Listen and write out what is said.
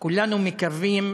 כולנו מקווים